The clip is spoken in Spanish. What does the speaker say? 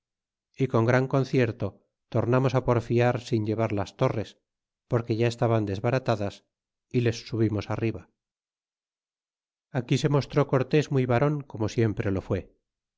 y con gran concierto tornamos porfiar sin llevar las torres porque ya estaban desbaratadas y les subimos arriba aquí se mostró cortés muy varon como siempre lo fue